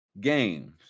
games